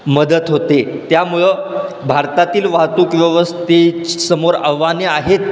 मदत होते त्यामुळं भारतातील वाहतूक व्यवस्थेच समोर आव्हाने आहेत